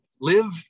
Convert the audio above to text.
live